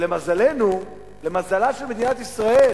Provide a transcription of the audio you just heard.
למזלנו, למזלה של מדינת ישראל,